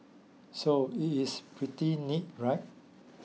so it is pretty neat right